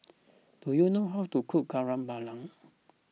do you know how to cook Kari Babi